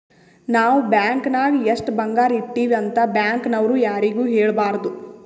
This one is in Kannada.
ನಾವ್ ಬ್ಯಾಂಕ್ ನಾಗ್ ಎಷ್ಟ ಬಂಗಾರ ಇಟ್ಟಿವಿ ಅಂತ್ ಬ್ಯಾಂಕ್ ನವ್ರು ಯಾರಿಗೂ ಹೇಳಬಾರ್ದು